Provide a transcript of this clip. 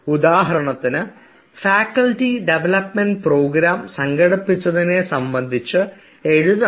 ഉദാഹരണത്തിന് faculty development programme സംഘടിപ്പിച്ചതിനെ സംബന്ധിച്ച് എഴുതണം